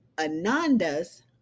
Ananda's